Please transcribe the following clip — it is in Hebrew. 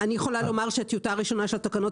אני יכולה לומר שטיוטה ראשונה של התקנות